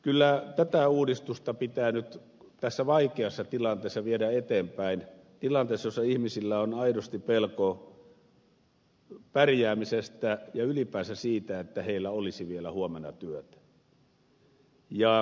kyllä tätä uudistusta pitää nyt tässä vaikeassa tilanteessa viedä eteenpäin tilanteessa jossa ihmisillä on aidosti pelko pärjäämisestä ja ylipäänsä siitä että heillä olisi vielä huomenna työtä